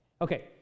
Okay